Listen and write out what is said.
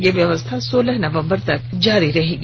यह व्यवस्था सोलह नवंबर तक जारी रहेगी